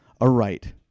aright